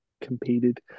competed